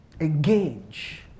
engage